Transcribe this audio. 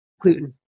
gluten